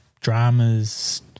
dramas